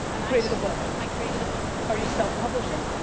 um created a book? i created a book. are you self publishing?